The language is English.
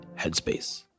headspace